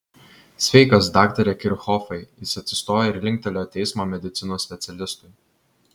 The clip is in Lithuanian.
sveikas daktare kirchhofai jis atsistojo ir linktelėjo teismo medicinos specialistui